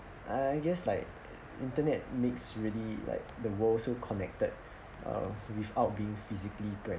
I guess like internet makes really like the world so connected uh without being physically to have